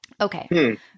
Okay